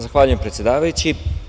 Zahvaljujem, predsedavajući.